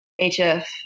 HF